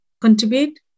contribute